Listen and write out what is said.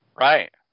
Right